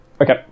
Okay